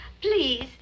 please